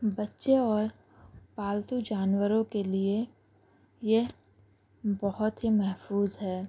بچے اور پالتو جانوروں کے لیے یہ بہت ہی محفوظ ہے